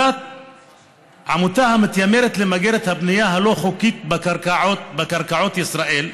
עמותה המתיימרת למגר את הבנייה הלא-חוקית בקרקעות ישראל,